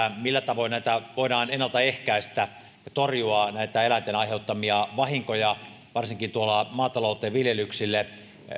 millä tavoin voidaan ennalta ehkäistä ja torjua eläinten aiheuttamia vahinkoja varsinkin maatalouteen viljelyksille